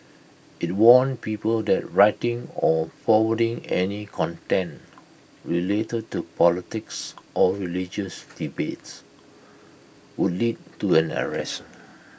IT warned people that writing or forwarding any content related to politics or religious debates would lead to an arrest